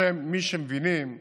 בשם מי שמבינים שהמדינה,